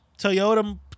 Toyota